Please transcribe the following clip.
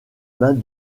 mains